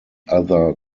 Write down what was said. other